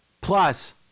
plus